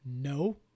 no